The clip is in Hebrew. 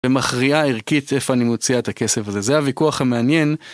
ומכריעה ערכית איפה אני מוציאה את הכסף הזה, זה הוויכוח המעניין.